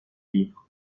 livres